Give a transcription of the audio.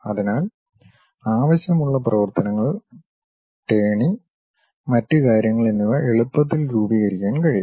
അതിനാൽ ആവശ്യമുള്ള പ്രവർത്തനങ്ങൾ ടേണിംഗ് മറ്റ് കാര്യങ്ങൾ എന്നിവ എളുപ്പത്തിൽ രൂപീകരിക്കാൻ കഴിയും